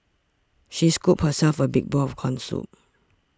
she scooped herself a big bowl of Corn Soup